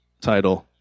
title